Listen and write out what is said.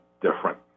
different